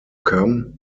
come